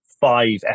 five